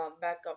backup